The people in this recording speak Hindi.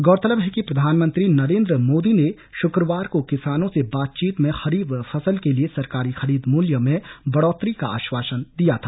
गौरतलब है कि प्रधानमंत्री नरेन्द्र मोदी ने शुक्रवार को किसानों से बातचीत में खरीफ फसल के लिए सरकारी खरीद मूल्य में बढ़ोतरी का आश्वासन दिया था